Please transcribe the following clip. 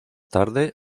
tarde